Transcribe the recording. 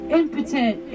impotent